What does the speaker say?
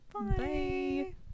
Bye